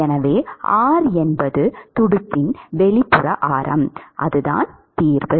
எனவே R என்பது துடுப்பின் வெளிப்புற ஆரம் அதுதான் தீர்வு